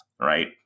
right